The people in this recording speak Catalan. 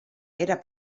era